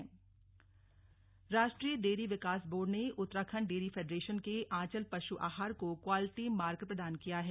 आंचल दुग्ध वर्कशाप राष्ट्रीय डेरी विकास बोर्ड ने उत्तराखंड डेरी फेडरेशन के आंचल पशु आहार को क्वालिटी मार्क प्रदान किया है